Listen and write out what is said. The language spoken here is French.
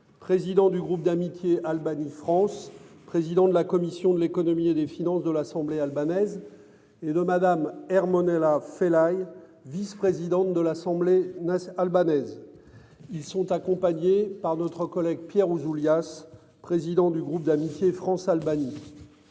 président du groupe d'amitié Albanie-France, président de la commission de l'économie et des finances de l'Assemblée albanaise et de Madame Ermonela Felag vice-, présidente de l'Assemblée. Albanaise. Ils sont accompagnés par notre collègue Pierre Ouzoulias Président du groupe d'amitié France-Albanie.